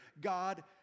God